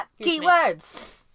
keywords